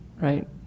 right